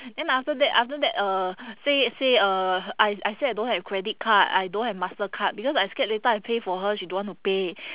then after that after that uh say say uh I I say I don't have credit card I don't have Mastercard because I scared later I pay for her she don't want to pay